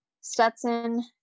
Stetson